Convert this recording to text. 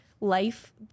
life